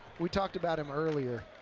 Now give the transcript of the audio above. we talked about him earlier,